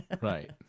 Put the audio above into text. Right